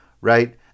right